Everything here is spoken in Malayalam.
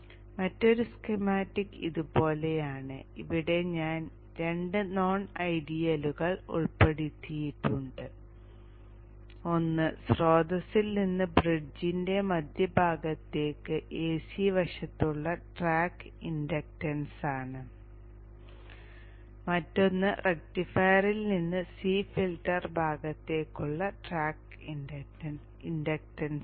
മറ്റൊരു സ്കീമാറ്റിക് ഇതുപോലെയാണ് ഇവിടെ ഞാൻ രണ്ട് നോൺ ഐഡിയലുകൾ ഉൾപ്പെടുത്തിയിട്ടുണ്ട് ഒന്ന് സ്രോതസ്സിൽ നിന്ന് ബ്രിഡ്ജ്ന്റെ മധ്യഭാഗത്തേക്ക് എസി വശത്തുള്ള ട്രാക്ക് ഇൻഡക്റ്റൻസാണ് മറ്റൊന്ന് റക്റ്റിഫയറിൽ നിന്ന് സി ഫിൽട്ടർ ഭാഗത്തേക്കുള്ള ട്രാക്ക് ഇൻഡക്ടൻസാണ്